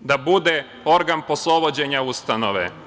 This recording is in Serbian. da bude organ poslovođenja ustanove.